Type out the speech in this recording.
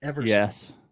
Yes